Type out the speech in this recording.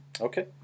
Okay